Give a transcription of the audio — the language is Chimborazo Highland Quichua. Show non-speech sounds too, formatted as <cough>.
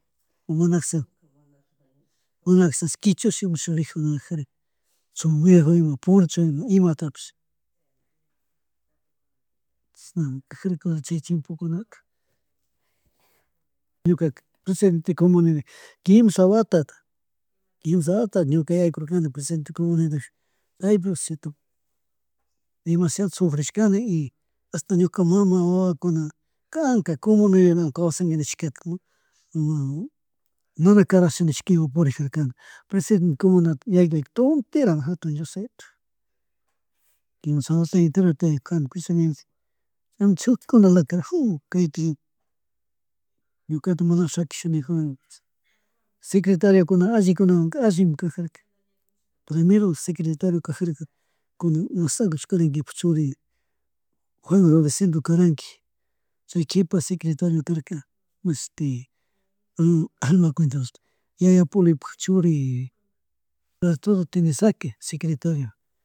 Mamakajash, manakashash kichush imashi rijunjaka somero, ima poncho ima, imatapish. Chishnami kajarka wawa chiy chimpo kunaka, ñukaka, presidente comunero quimsha watata, quinsha watata ñuka yaykurkani presidente comunedad, chaypi presidete tukug, demasiado sufrishkani y hasta ñuka mama wawakuna, kanka comunerawan caswsangui, nishkakakuna <noise> <unintelligible> karshka mishkiwan purijarkani <noise> presideente comunapi yawku, tonterami jatun dios yayito. Quimsha wata enterota ñu jani presidencia, chaymantaka shuk carajo <unintelligible> kaytik, ñukata mana shakishajuna, secretariokunawanka allikunawan allimi kajarka. Primero secretario kajarka kunan <unintelligible> churi Juan Robesendo Caranqui, chay kipa secretario karka mashti, <unintelligible> yaya Polipak churi, Arturo Tenesaca secretario